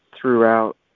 throughout